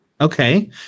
Okay